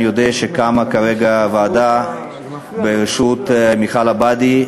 אני יודע שקמה כרגע ועדה בראשות מיכל עבאדי,